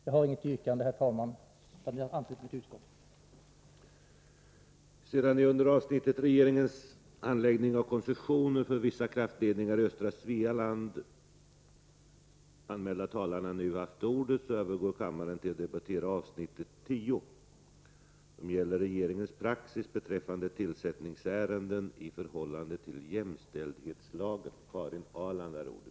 Jag har inget yrkande, herr talman, utan ansluter mig till vad utskottet anfört.